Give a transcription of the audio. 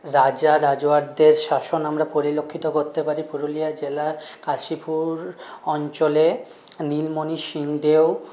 রাজা রাজোয়ারদের শাসন আমরা পরিলক্ষিত করতে পারি পুরুলিয়া জেলার কাশীপুর অঞ্চলে নীলমণি সিং দেও